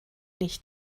nicht